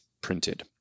printed